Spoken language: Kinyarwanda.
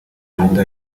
riruta